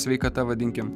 sveikata vadinkim